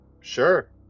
Sure